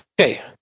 Okay